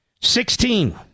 Sixteen